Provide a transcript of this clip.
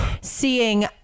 seeing